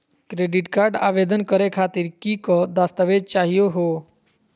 Credit card आवेदन करे खातीर कि क दस्तावेज चाहीयो हो?